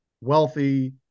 wealthy